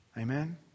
Amen